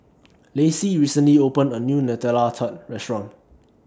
Lacie recently opened A New Nutella Tart Restaurant